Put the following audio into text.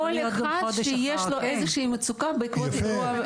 כל מי שיש לו מצוקה כלשהי בעקבות אירוע ביטחוני.